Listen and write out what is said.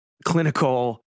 clinical